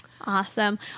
awesome